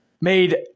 made